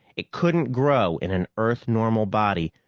it couldn't grow in an earth-normal body,